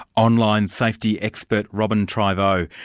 online safety expert, robyn treyvaud.